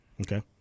Okay